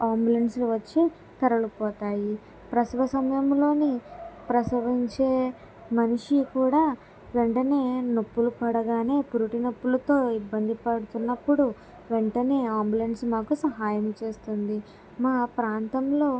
ambulance వచ్చి తరలిపోతాయి ప్రసవ సమయంలోని ప్రసవించే మనిషి కూడా వెంటనే నొప్పులు పడగానే పురిటినొప్పులతో ఇబ్బంది పడుతున్నప్పుడు వెంటనే అంబులెన్స్ మాకు సహాయం చేస్తుంది మా ప్రాంతంలో